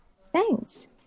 Thanks